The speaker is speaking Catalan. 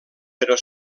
però